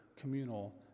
communal